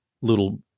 little